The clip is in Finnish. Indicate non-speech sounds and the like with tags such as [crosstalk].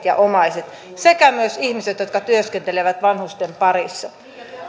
[unintelligible] ja omaisensa sekä ihmiset jotka työskentelevät vanhusten parissa